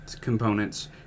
components